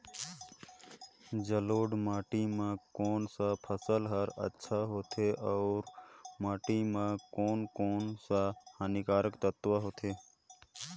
जलोढ़ माटी मां कोन सा फसल ह अच्छा होथे अउर माटी म कोन कोन स हानिकारक तत्व होथे?